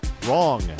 wrong